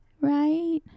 Right